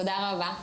תודה רבה.